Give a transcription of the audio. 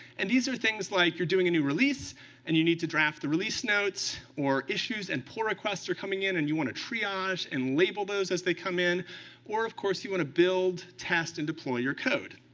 and these are things like you're doing a new release and you need to draft the release notes or issues, and pull requests are coming in and you want to triage and label those as they come in or of course, you want to build, test, and deploy your code.